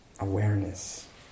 awareness